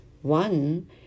One